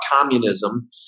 communism